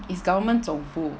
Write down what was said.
is government 总部